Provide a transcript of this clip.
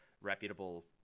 reputable